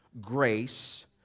grace